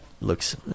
Looks